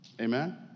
amen